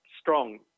strong